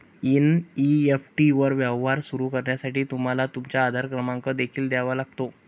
NEFT वर व्यवहार सुरू करण्यासाठी तुम्हाला तुमचा आधार क्रमांक देखील द्यावा लागेल